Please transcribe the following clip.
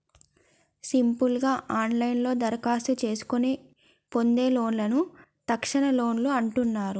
simple గా ఆన్లైన్లోనే దరఖాస్తు చేసుకొని పొందే లోన్లను తక్షణలోన్లు అంటున్నరు